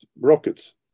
rockets